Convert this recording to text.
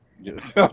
Yes